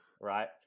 right